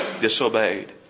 disobeyed